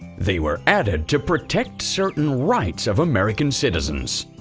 they were added to protect certain rights of american citizens.